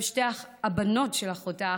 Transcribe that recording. גם שתי הבנות של אחותה,